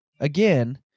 again